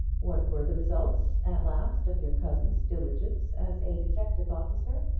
what were the results at last of your cousin's diligence as a detective officer?